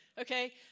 Okay